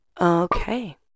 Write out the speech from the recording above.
okay